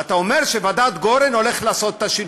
ואתה אומר שוועדת גורן הולכת לעשות את השינוי.